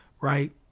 right